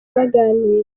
baganira